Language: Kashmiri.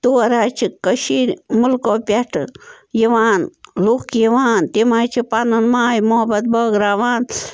تور حظ چھِ کٔشیٖر مُلکَو پٮ۪ٹھٕ یِوان لُکھ یِوان تِم حظ چھِ پَنُن ماے محبت بٲگٕراوان